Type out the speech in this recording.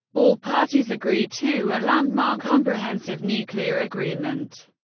all parties agreed to a landmark comprehensive nuclear agreement.